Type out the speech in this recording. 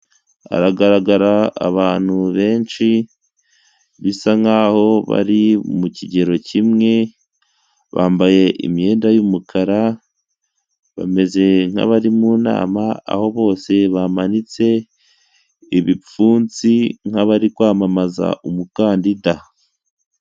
Hagaragara abantu benshi bisa nk'aho bari mu kigero kimwe, bambaye imyenda y'umukara, bameze nk'abari mu nama aho bose bamanitse ibipfunsi nk'abari kwamamaza umukandida.